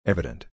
Evident